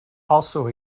also